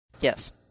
Yes